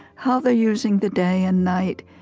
how they're using the day and night,